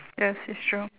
yes it's true